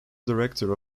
director